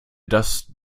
dass